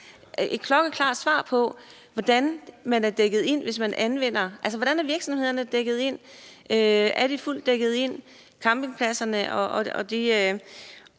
efter? – de er dækket ind, hvis man anvender det. Altså, hvordan er virksomhederne dækket ind? Er de fuldt dækket ind, campingpladserne? Og så